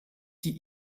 die